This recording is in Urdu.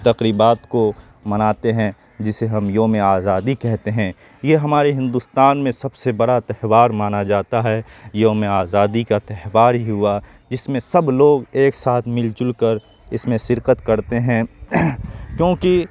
تقریبات کو مناتے ہیں جسے ہم یوم آزادی کہتے ہیں یہ ہمارے ہندوستان میں سب سے بڑا تہوار مانا جاتا ہے یوم آزادی کا تہوار ہی ہوا جس میں سب لوگ ایک ساتھ مل جل کر اس میں شرکت کرتے ہیں کیوںکہ